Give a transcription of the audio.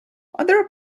other